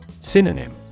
Synonym